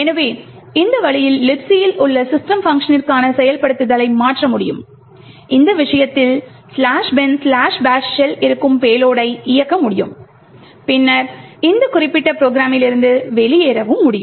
எனவே இந்த வழியில் Libc ல் உள்ள system பங்க்ஷனிற்கு செயல்படுத்துதலை மாற்ற முடியும் இந்த விஷயத்தில் "binbash" ஷெல் இருக்கும் பேலோடை இயக்க முடியும் பின்னர் இந்த குறிப்பிட்ட ப்ரோக்ராமிலிருந்து வெளியேறவும் முடியும்